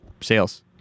sales